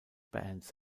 bands